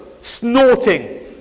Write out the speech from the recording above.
snorting